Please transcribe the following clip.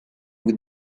with